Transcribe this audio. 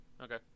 Okay